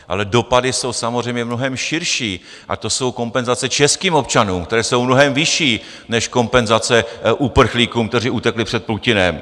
Ale dopady jsou samozřejmě mnohem širší, a to jsou kompenzace českým občanům, které jsou mnohem vyšší než kompenzace uprchlíkům, kteří utekli před Putinem.